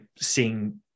seeing